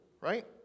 right